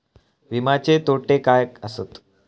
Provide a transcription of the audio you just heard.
विमाचे तोटे काय आसत?